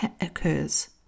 occurs